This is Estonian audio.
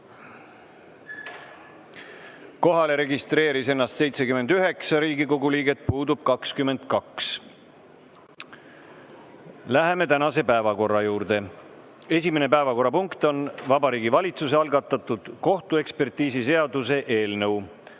Kohalolijaks registreeris ennast 79 Riigikogu liiget, puudub 22. Läheme tänase päevakorra juurde. Esimene päevakorrapunkt on Vabariigi Valitsuse algatatud kohtuekspertiisiseaduse eelnõu